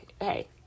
hey